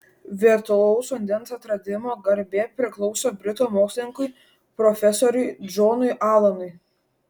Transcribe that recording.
virtualaus vandens atradimo garbė priklauso britų mokslininkui profesoriui džonui alanui